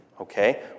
Okay